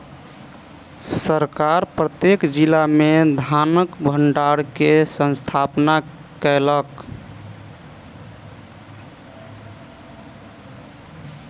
सरकार प्रत्येक जिला में धानक भण्डार के स्थापना केलक